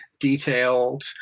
detailed